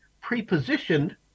pre-positioned